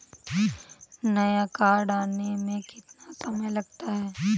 नया कार्ड आने में कितना समय लगता है?